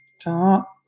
stop